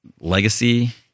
Legacy